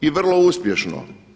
I vrlo uspješno.